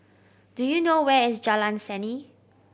do you know where is Jalan Seni